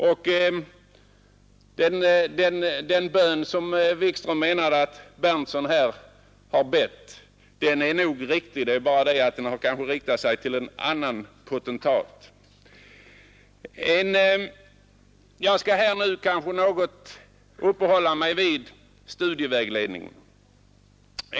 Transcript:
Det är nog riktigt att herr Berndtson har bett en bön av det innehåll som herr Wikström talade om, men den har nog riktats till en speciell potentat. Jag skall här uppehålla mig något vid studievägledningen.